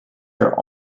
are